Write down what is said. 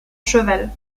cheval